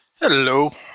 Hello